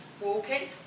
Walking